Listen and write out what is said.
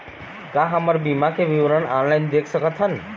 का हमर बीमा के विवरण ऑनलाइन देख सकथन?